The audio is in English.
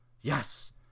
Yes